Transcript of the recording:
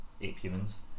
ape-humans